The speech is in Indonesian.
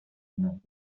anak